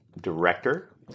director